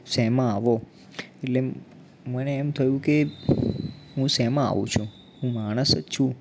શેમાં આવો એટલે મને એમ થયું કે હું શેમાં આવું છું હું માણસ જ છું